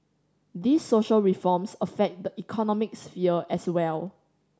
these social reforms affect the economic sphere as well